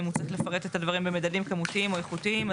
האם הוא צריך לפרט את הדברים במדדים כמותיים או איכותיים.